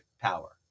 power